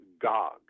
Gog